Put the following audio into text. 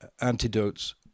antidotes